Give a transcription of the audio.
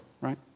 right